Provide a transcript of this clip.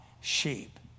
sheep